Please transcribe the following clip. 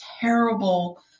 terrible